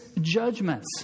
judgments